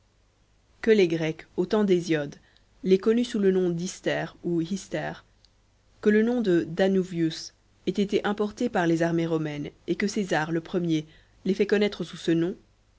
que les grecs au temps d'hésiode l'aient connu sous le nom d'istor ou histor que le nom de danuvius ait été importé par les armées romaines et que césar le premier l'ait fait connaître sous ce nom